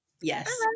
Yes